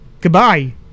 Goodbye